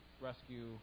rescue